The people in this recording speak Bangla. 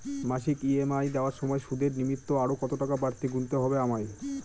মাসিক ই.এম.আই দেওয়ার সময়ে সুদের নিমিত্ত আরো কতটাকা বাড়তি গুণতে হবে আমায়?